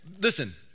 listen